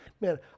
Man